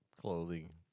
clothing